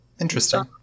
Interesting